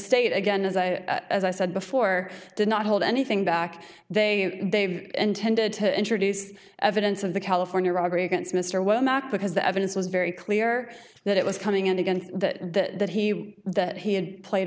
state again as i as i said before did not hold anything back they intended to introduce evidence of the california robbery against mr womack because the evidence was very clear that it was coming and again that he that he had played